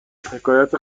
حکایت